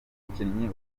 umukinnyi